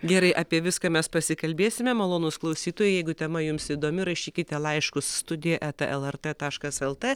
gerai apie viską mes pasikalbėsime malonūs klausytojai jeigu tema jums įdomi rašykite laiškus studija eta lrt taškas lt